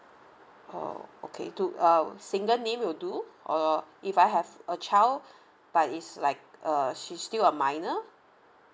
oh okay two um single name would do or if I have a child but is like err she still a minor